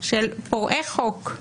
של פורעי חוק,